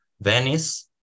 Venice